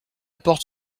porte